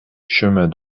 chemin